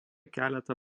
keletą